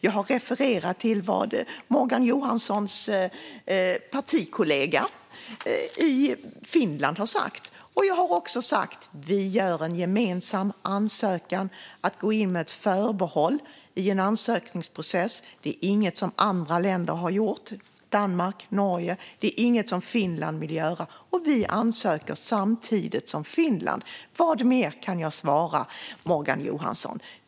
Jag har refererat till vad Morgan Johanssons partikollega i Finland har sagt. Jag har också sagt att vi gör en gemensam ansökan. Att gå in med ett förbehåll i en ansökningsprocess är inget som andra länder har gjort - Danmark och Norge - och inget som Finland vill göra. Vi ansöker samtidigt som Finland. Vad mer kan jag svara Morgan Johansson?